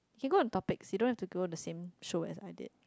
can go and topics you don't have to go the same show as I did